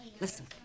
Listen